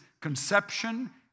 conception